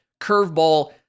Curveball